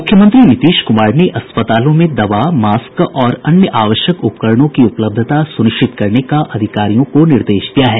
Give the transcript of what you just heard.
मुख्यमंत्री नीतीश कुमार ने अस्पतालों में दवा मास्क और अन्य जरूरी उपकरणों की उपलब्धता सुनिश्चित करने का अधिकारियों को निर्देश दिया है